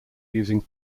using